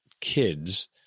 kids